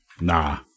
nah